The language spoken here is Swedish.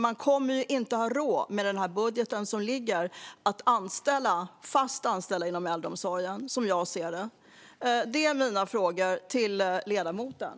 Man kommer inte att ha råd med den budget som ligger att fast anställa inom äldreomsorgen som jag ser set. Det är mina frågor till ledamoten.